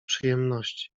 przyjemności